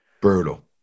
Brutal